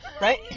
right